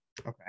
okay